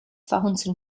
verhunzen